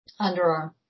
Underarm